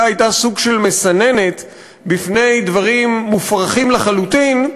עוד הייתה סוג של מסננת בפני דברים מופרכים לחלוטין,